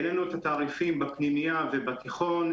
העלינו את התעריפים בפנימייה ובתיכון,